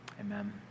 amen